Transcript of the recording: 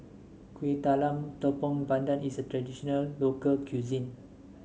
Kuih Talam Tepong Pandan is a traditional local cuisine